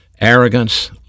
Arrogance